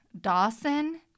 Dawson